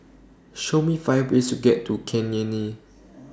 Show Me five ways to get to Cayenne